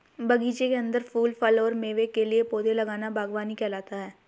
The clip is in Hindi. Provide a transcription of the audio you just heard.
बगीचे के अंदर फूल, फल और मेवे के लिए पौधे लगाना बगवानी कहलाता है